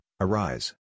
Arise